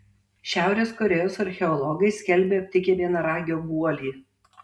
šiaurės korėjos archeologai skelbia aptikę vienaragio guolį